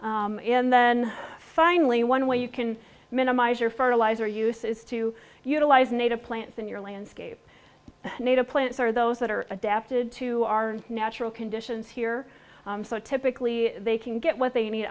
waste and then finally one way you can minimize your fertilizer use is to utilize native plants in your landscape native plants or those that are adapted to our natural conditions here so typically they can get what they need